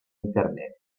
internet